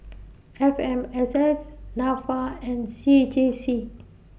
F M S S Nafa and C J C